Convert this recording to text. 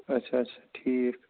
اَچھا اَچھا ٹھیٖک